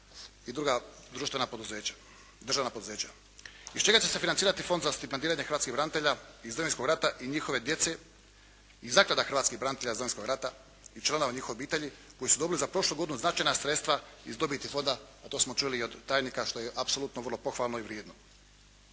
i druga državna poduzeća. Iz čega će se financirati Fond za stipendiranje hrvatskih branitelja iz Domovinskog rata i njihove djece i zaklada hrvatskih branitelja iz Domovinskog rata i članova njihovih obitelji koji su dobili za prošlu godinu značajna sredstva iz dobiti fonda a to smo čuli i od tajnika što je apsolutno vrlo pohvalno i vrijedno.